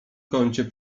kącie